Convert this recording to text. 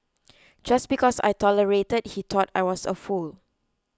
just because I tolerated he thought I was a fool